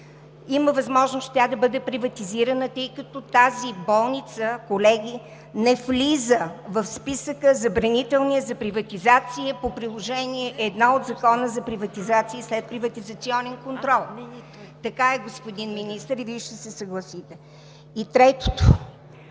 има възможност тя да бъде приватизирана, тъй като тази болница, колеги, не влиза в списъка „Забранителни за приватизация“ по Приложение № 1 от Закона за приватизация и следприватизационен контрол? Така е, господин Министър, и Вие ще се съгласите. И третото,